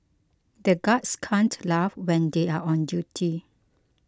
the guards can't laugh when they are on duty